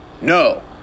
No